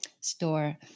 store